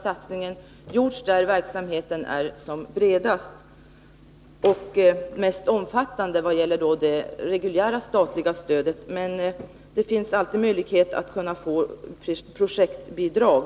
Satsningen i vad gäller det reguljära statliga stödet har då gjorts där verksamheten är som bredast och mest omfattande. Men det finns alltid möjligheter att få projektbidrag.